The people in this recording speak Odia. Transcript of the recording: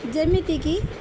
ଯେମିତିକି